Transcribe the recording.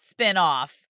spinoff